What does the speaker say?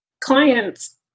clients